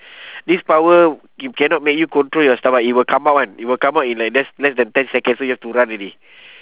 this power you cannot make you control your stomach it will come out [one] it will come out in like less less then ten seconds so you have to run already